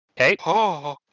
Okay